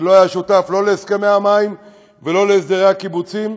שלא היה שותף לא להסכמי המים ולא להסדרי הקיבוצים.